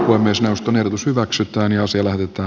voi myös jaoston ehdotus hyväksytään ja selvittää